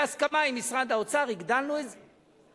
בהסכמה עם משרד האוצר הגדלנו את זה,